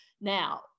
Now